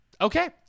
okay